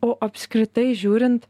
o apskritai žiūrint